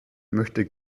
möchte